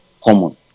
common